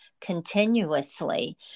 continuously